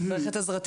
את צריכה את עזרתי?